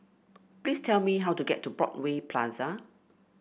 please tell me how to get to Broadway Plaza